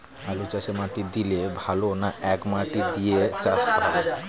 আলুচাষে মাটি দিলে ভালো না একমাটি দিয়ে চাষ ভালো?